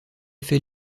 fait